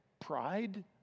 Pride